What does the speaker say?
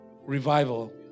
revival